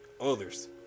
others